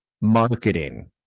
Marketing